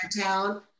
town